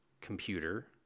computer